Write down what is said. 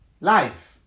life